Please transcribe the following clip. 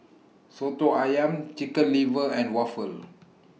Soto Ayam Chicken Liver and Waffle